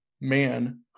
man